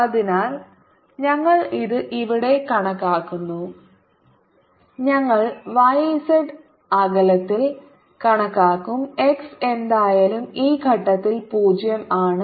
അതിനാൽ ഞങ്ങൾ ഇത് ഇവിടെ കണക്കാക്കുന്നു ഞങ്ങൾ y z അകലത്തിൽ കണക്കാക്കും x എന്തായാലും ഈ ഘട്ടത്തിൽ 0 ആണ്